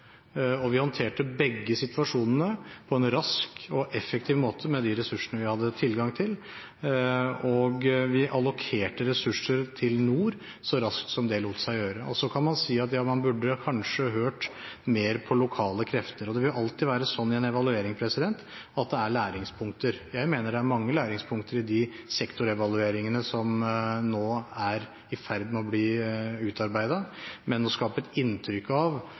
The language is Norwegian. Vi håndterte begge situasjonene på en rask og effektiv måte med de ressursene vi hadde tilgang til, og vi allokerte ressurser til nord så raskt som det lot seg gjøre. Så kan man si at man kanskje burde ha hørt mer på lokale krefter. Det vil jo alltid være sånn i en evaluering at det er læringspunkter. Jeg mener det er mange læringspunkter i de sektorevalueringene som nå er i ferd med å bli utarbeidet, men å skape et inntrykk av